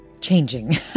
changing